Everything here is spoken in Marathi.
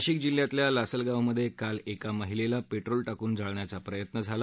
नाशिक जिल्ह्यातल्या लासलगावमध्ये काल एका महिलेला पेट्रोल टाकून जाळण्याचा प्रयत्नझाला